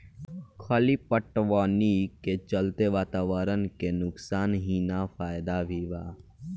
खली पटवनी के चलते वातावरण के नुकसान ही ना फायदा भी बा